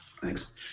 Thanks